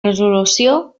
resolució